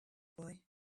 boy